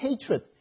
hatred